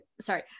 sorry